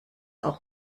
auch